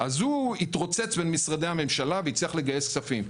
אז הוא התרוצץ בין משרדי הממשלה והצליח לגייס כספים.